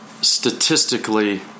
statistically